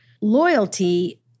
loyalty